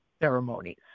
ceremonies